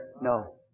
No